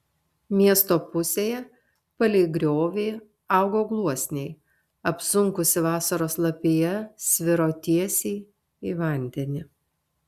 miesto pusėje palei griovį augo gluosniai apsunkusi vasaros lapija sviro tiesiai į vandenį